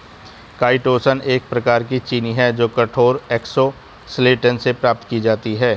chitosan एक प्रकार की चीनी है जो कठोर एक्सोस्केलेटन से प्राप्त की जाती है